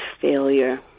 failure